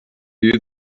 view